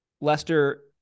Lester